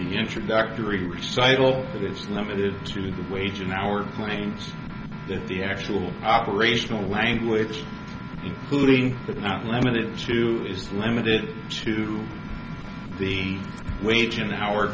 the introductory recital that is limited to the wage in our claims that the actual operational language including but not limited to is limited to the wage in our